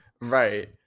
Right